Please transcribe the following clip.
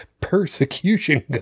persecution